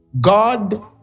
God